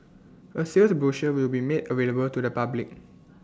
A sales brochure will be made available to the public